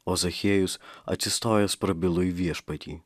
o zachiejus atsistojęs prabilo į viešpatį